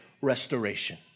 restoration